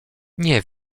nie